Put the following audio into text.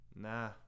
Nah